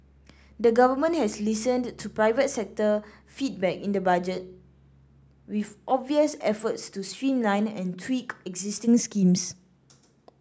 the government has listened to private sector feedback in the budget with obvious efforts to streamline and tweak existing schemes